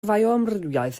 fioamrywiaeth